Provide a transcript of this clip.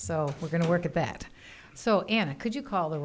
so we're going to work at that so ana could you call the